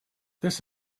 this